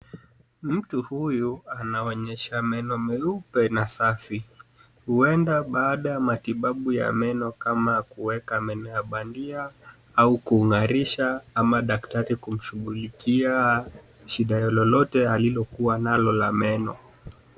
Mtu huyu anaonyesha meno meupe na safi. Huenda baada ya matibabu ya meno kama kuweka meno ya bandia au kung'arisha ama daktari kumshughulikia shida lolote alilokuwa nalo la meno.